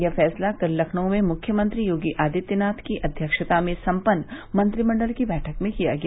यह फैसला कल लखनऊ में मुख्यमंत्री योगी आदित्यनाथ की अध्यक्षता में सम्पन्न मंत्रिमंडल की बैठक में किया गया